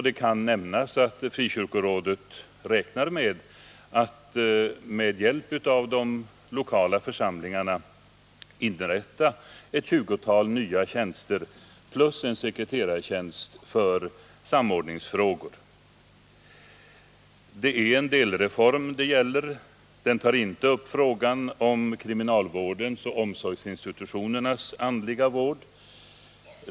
Det kan nämnas att frikyrkorådet räknar med att med hjälp av de lokala församlingarna inrätta ett tjugotal nya tjänster plus en sekreterartjänst för samordningsfrågor. Det gäller en delreform. Den tar inte upp frågan om kriminalvårdens och omsorgsinstitutionernas andliga vård.